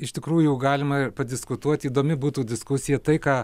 iš tikrųjų galima padiskutuoti įdomi būtų diskusija tai ką